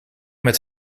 met